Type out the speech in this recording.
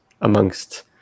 amongst